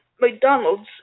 McDonald's